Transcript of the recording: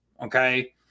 okay